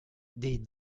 des